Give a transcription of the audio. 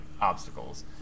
obstacles